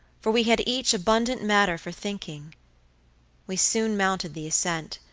for we had each abundant matter for thinking we soon mounted the ascent,